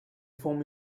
formed